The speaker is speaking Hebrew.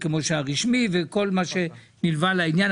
כמו הרשמי וכל מה שנלווה לעניין,